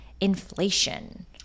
inflation